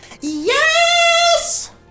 yes